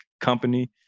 company